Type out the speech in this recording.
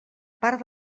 part